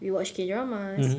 we watch K dramas